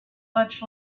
much